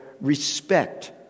respect